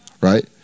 Right